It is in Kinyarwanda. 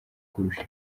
kurusha